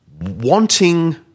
wanting